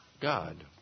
God